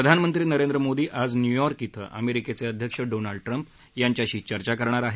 प्रधानमंत्री नरेंद्र मोदी आज न्युयॉर्क धि अमेरिकेचे अध्यक्ष डोनाल्ड ट्रम्प यांच्याशी चर्चा करणार आहेत